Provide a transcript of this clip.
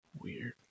Weird